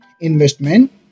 investment